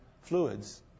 fluids